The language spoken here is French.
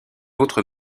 autre